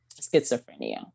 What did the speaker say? schizophrenia